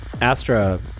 Astra